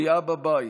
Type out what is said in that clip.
כליאה בבית,